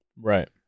Right